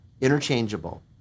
interchangeable